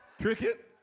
Cricket